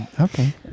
Okay